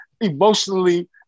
emotionally